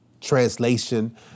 translation